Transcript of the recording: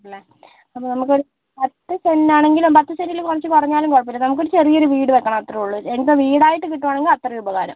ഇല്ലേ അതേ നമുക്കൊരു പത്തു സെൻറ് ആണെങ്കിലും പത്തു സെൻറിൽ കുറച്ചു കുറഞ്ഞാലും കുഴപ്പമില്ല നമുക്കൊരു ചെറിയൊരു വീട് വെക്കണം അത്രേ ഉള്ളൂ ഇനിയിപ്പോൾ വീടായിട്ട് കിട്ടുവാണെങ്കിൽ അത്രേം ഉപകാരം